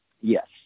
Yes